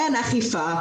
אין אכיפה,